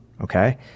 Okay